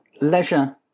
leisure